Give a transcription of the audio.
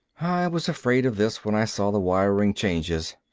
i was afraid of this when i saw the wiring changes.